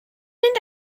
mynd